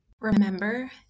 Remember